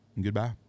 Goodbye